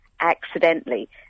accidentally